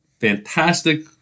fantastic